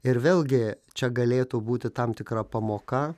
ir vėlgi čia galėtų būti tam tikra pamoka